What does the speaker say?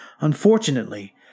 unfortunately